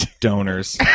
donors